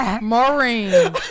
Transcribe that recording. Maureen